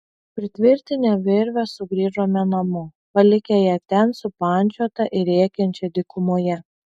pritvirtinę virvę sugrįžome namo palikę ją ten supančiotą ir rėkiančią dykumoje